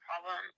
problem